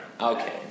Okay